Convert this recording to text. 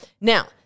Now